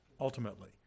ultimately